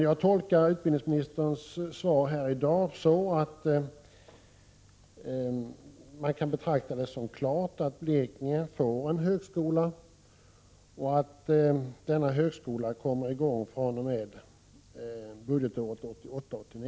Jag tolkar utbildningsministerns svar här i dag så att man kan betrakta det som klart att Blekinge får en högskola och att högskoleverksamheten kommer i gång fr.o.m. budgetåret 1988/89.